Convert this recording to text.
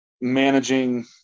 managing